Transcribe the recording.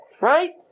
right